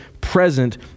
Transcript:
present